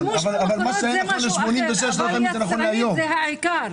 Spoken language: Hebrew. השימוש במכונות זה משהו אחר, אבל יצרנית זה העיקר.